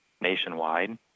nationwide